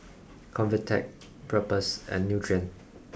Convatec Propass and Nutren